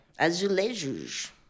azulejos